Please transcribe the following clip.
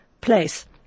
place